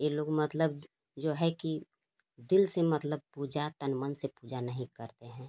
ये लोग मतलब जो है कि दिल से मतलब पूजा तन मन से पूजा नहीं करते हैं